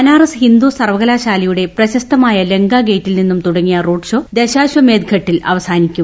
ബനാറസ് ഹിന്ദു സർവകലാശാലയുടെ പ്രശസ്തമായ ലങ്ക ഗേറ്റിൽ നിന്നും തുടങ്ങിയ റോഡ്ഷോ ദശാശ്വമേധ്ഘട്ടിൽ അവസാനിക്കും